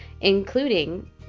including